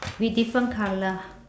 we different colour